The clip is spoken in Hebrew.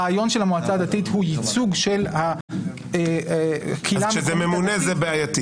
הרעיון של המועצה הדתית הוא ייצוג של הקהילה המקומית הדתית.